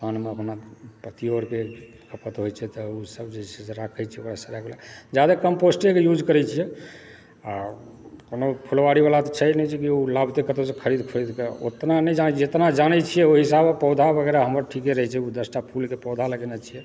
अथी अरके पत्ता होइत छै त ओ सड़ि जाय छै रखय छियै जादे कम्पोस्टेके यूज करै छियै आ कोनो फुलवारी वाला तऽ छै नहि जे ओ लागतै कतहुँ सँ खरीद फरीद कऽ ओतना नहि जानै छियै जेतना जानैत छी ओहि हिसाबे पौधा वगैरह हमर ठीके रहै छै ओ दशटा फूलके पौधा लगेने छियै